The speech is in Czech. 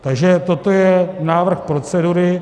Takže toto je návrh procedury.